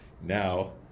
Now